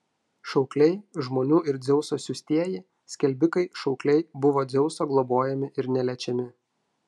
šaukliai žmonių ir dzeuso siųstieji skelbikai šaukliai buvo dzeuso globojami ir neliečiami